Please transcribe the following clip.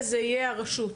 זה יהיה הרשות.